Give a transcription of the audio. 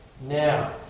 Now